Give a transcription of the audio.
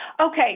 Okay